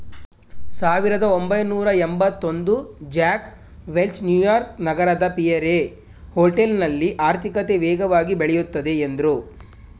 ಸಾವಿರದಒಂಬೈನೂರಎಂಭತ್ತಒಂದು Jack Welch New York ನಗರದ Pierre ಹೋಟೆಲ್ನಲ್ಲಿ ಆರ್ಥಿಕತೆ ವೇಗವಾಗಿ ಬೆಳೆಯುತ್ತದೆ ಎಂದ್ರು